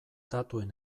datuen